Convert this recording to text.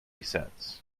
cents